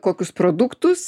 kokius produktus